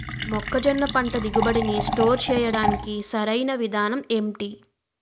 మొక్కజొన్న పంట దిగుబడి నీ స్టోర్ చేయడానికి సరియైన విధానం ఎంటి?